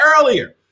earlier